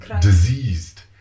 diseased